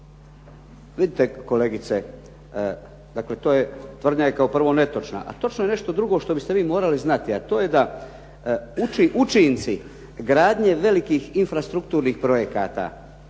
Vidite kolegice, dakle, to je, tvrdnja je kao prvo netočna. A točno je nešto drugo što biste vi morali znati, a to je da učinci gradnje velikih infrastrukturnih projekata